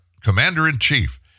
commander-in-chief